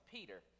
Peter